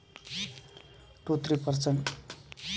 Fix డ్ deposit చేయటం వల్ల నేను ఎంత వడ్డీ పొందచ్చు?